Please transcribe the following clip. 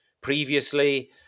previously